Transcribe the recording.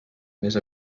més